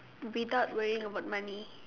without worrying about money